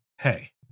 Hey